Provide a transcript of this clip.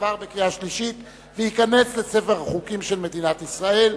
עבר בקריאה שלישית וייכנס לספר החוקים של מדינת ישראל.